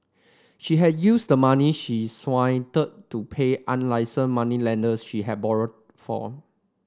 she had use the money she swindled to pay unlicensed moneylenders she have borrowed form